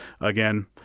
Again